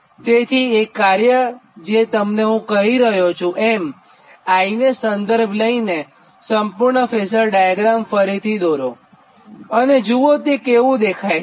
તેથી એક કાર્ય જે તમને કહી રહ્યો છું એમ 𝐼 ને સંદર્ભ તરીકે લઈને સંપૂર્ણ ફેઝર ડાયાગ્રામ ફરીથી દોરો અને જુઓ કે તે કેવું દેખાય છે